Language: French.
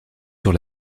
sur